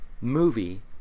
movie